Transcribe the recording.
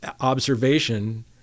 observation